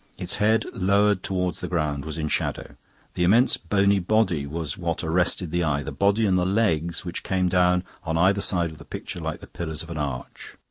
its head, lowered towards the ground, was in shadow the immense bony body was what arrested the eye, the body and the legs, which came down on either side of the picture like the pillars of an arch.